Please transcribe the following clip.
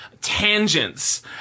tangents